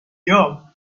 job